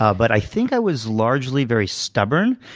ah but i think i was largely very stubborn,